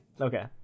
okay